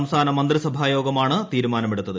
സംസ്ഥാന മന്ത്രിസഭാ യോഗമാണ് തീരുമാനമെടുത്തത്